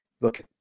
look